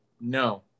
No